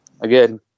again